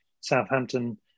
Southampton